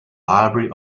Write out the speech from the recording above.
library